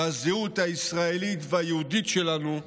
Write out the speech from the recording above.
מהזהות הישראלית והיהודית שלנו,